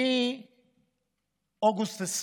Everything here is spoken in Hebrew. מאוגוסט 2020: